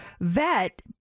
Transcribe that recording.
vet